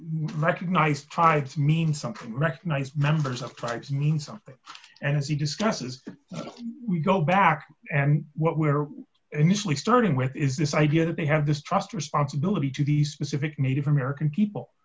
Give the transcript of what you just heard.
recognize try to mean something recognize members of tribes mean something and as he discusses go back and what we were initially starting with is this idea that they have this trust responsibility to these specific native american people